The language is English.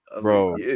bro